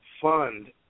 fund